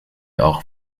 auch